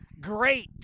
great